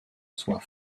soit